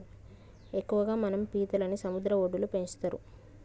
ఎక్కువగా మనం పీతలని సముద్ర వడ్డులో పెంచుతరు